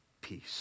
peace